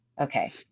Okay